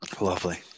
Lovely